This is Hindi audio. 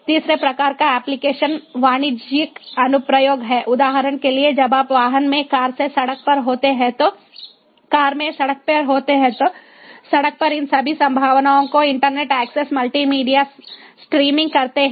तीसरे प्रकार का एप्लिकेशन वाणिज्यिक अनुप्रयोग है उदाहरण के लिए जब आप वाहन में कार में सड़क पर होते हैं तो सड़क पर इन सभी संभावनाओं को इंटरनेट एक्सेस मल्टीमीडिया स्ट्रीमिंग करते हैं